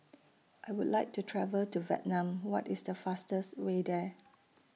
I Would like to travel to Vietnam What IS The fastest Way There